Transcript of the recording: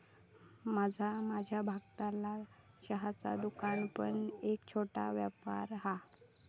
माझ्या भागतला चहाचा दुकान पण एक छोटो व्यापार हा